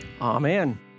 Amen